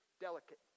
delicate